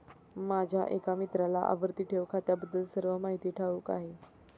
माझ्या एका मित्राला आवर्ती ठेव खात्याबद्दल सर्व माहिती ठाऊक आहे